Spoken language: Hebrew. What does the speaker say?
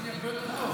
יותר טוב.